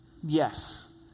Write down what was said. Yes